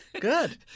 Good